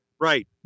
Right